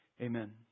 Amen